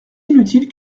inutile